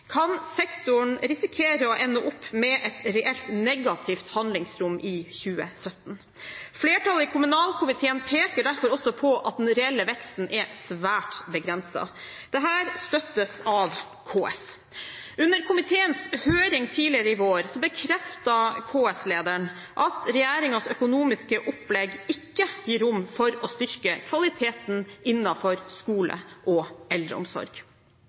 kan sektoren risikere å ende opp med et reelt negativt handlingsrom i 2017. Flertallet i kommunalkomiteen peker derfor også på at den reelle veksten er svært begrenset. Dette støttes av KS. Under komiteens høring tidligere i vår bekreftet KS-lederen at regjeringens økonomiske opplegg ikke gir rom for å styrke kvaliteten innenfor skole og eldreomsorg.